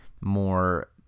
more